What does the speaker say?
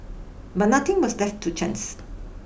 but nothing was left to chance